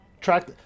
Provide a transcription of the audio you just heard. track